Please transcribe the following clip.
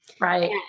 Right